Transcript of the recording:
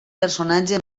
personatge